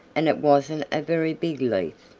and it wasn't a very big leaf.